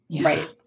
Right